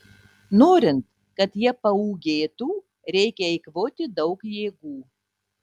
norint kad jie paūgėtų reikia eikvoti daug jėgų